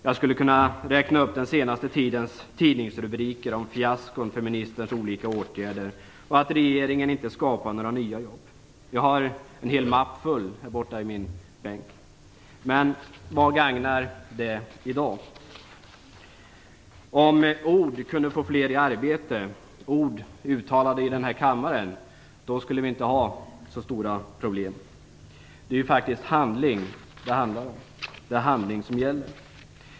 Jag skulle kunna räkna upp den senaste tidens tidningsrubriker som handlar om fiaskon för ministerns olika åtgärder och att regeringen inte skapar några nya jobb. Jag har en hel mapp med tidningsurklipp i min bänk. Men vad gagnar det i dag? Om ord kunde få flera i arbete - ord som uttalats i denna kammare - skulle vi inte ha så stora problem. Det är faktiskt handling som gäller.